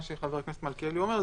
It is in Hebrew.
מה שחבר הכנסת מלכיאלי אומר,